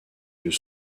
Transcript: yeux